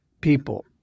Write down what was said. people